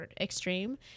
extreme